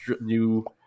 new